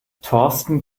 thorsten